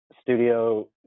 studio